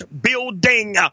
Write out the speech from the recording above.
building